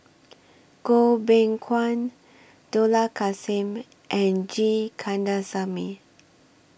Goh Beng Kwan Dollah Kassim and G Kandasamy